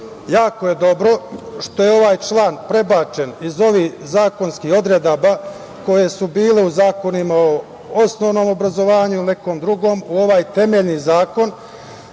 Jako je dobro što je ovaj član prebačen iz ovih zakonskih odredaba, koje su bile u zakonima o osnovnom obrazovanju ili u nekom drugom, u ovaj temeljni Zakon